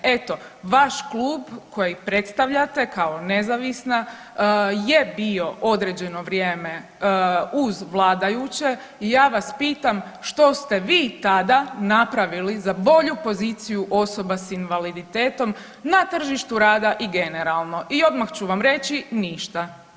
Eto, vaš klub kojeg predstavljate kao nezavisna je bio određeno vrijeme uz vladajuće i ja vas pitam što ste vi tada napravili za bolju poziciju osoba s invaliditetom na tržištu rada i generalno i odmah ću vam reći, ništa.